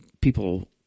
people